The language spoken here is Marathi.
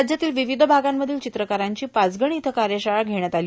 राज्यातील विविध भागातील चित्रकारांची पाचगणी इथं कार्यशाळा घेण्यात आली